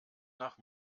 nach